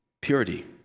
Purity